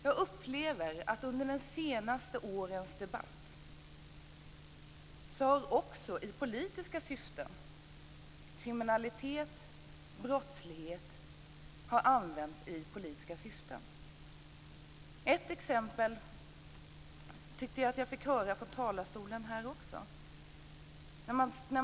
Jag upplever att under de senaste årens debatt har kriminalitet och brottslighet använts i politiska syften. Ett exempel tyckte jag att jag fick höra från talarstolen i dag också.